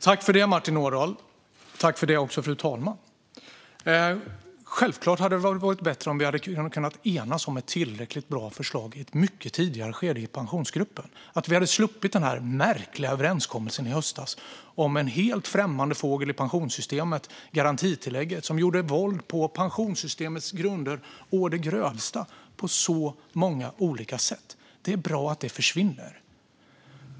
Fru talman! Martin Ådahl! Självklart hade det varit bättre om vi i Pensionsgruppen i ett mycket tidigare skede hade kunnat enas om ett tillräckligt bra förslag. Det hade varit bättre om vi hade sluppit den märkliga överenskommelsen i höstas om en helt främmande fågel i pensionssystemet, garantitillägget, som gjorde våld på pensionssystemets grunder å det grövsta och på så många olika sätt. Det är bra att det försvinner.